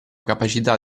capacità